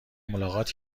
ملاقات